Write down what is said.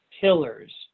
pillars